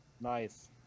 Nice